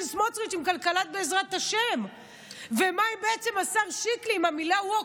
סמוטריץ' עם "כלכלת בעזרת השם"; מה בעצם עם השר שיקלי והמילה Woke?